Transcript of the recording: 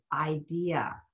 idea